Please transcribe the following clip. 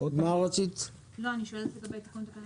תיקון תקנה